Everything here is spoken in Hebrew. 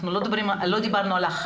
אנחנו לא דיברנו על האחיות,